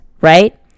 right